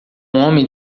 homem